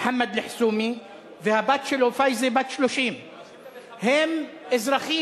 מוחמד אל-חסומי, והבת שלו פאיזה בת 30. הם אזרחים.